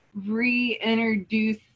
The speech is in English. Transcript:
reintroduce